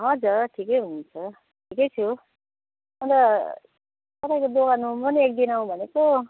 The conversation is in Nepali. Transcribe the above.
हजर ठिकै हुनुन्छ ठिकै छु अन्त तपाईँको दोकानमा म नि एकदिन आउँ भनेको